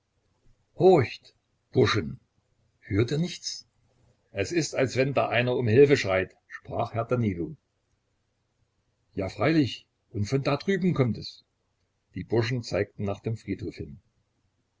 horcht burschen hört ihr nichts es ist als wenn da einer um hilfe schreit sprach herr danilo ja freilich und von da drüben kommt es die burschen zeigten nach dem friedhof hin